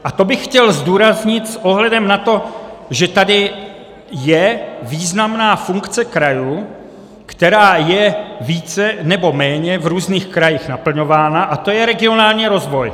A to bych chtěl zdůraznit s ohledem na to, že tady je významná funkce krajů, která je více nebo méně v různých krajích naplňována, a to je regionální rozvoj.